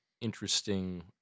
interesting